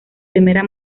primera